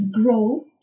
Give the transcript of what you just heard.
grow